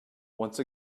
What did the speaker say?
once